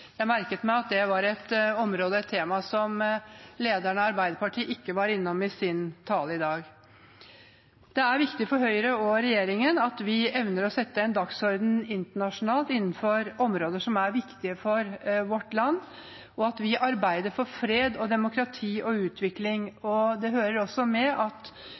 Jeg merket meg at det var et område og et tema som lederen av Arbeiderpartiet ikke var innom i sin tale i dag. Det er viktig for Høyre og regjeringen at vi evner å sette en dagsorden internasjonalt innenfor områder som er viktige for vårt land, og at vi arbeider for fred, demokrati og utvikling. Det hører også med at